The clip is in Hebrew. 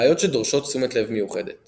בעיות שדורשות תשומת לב מיוחדת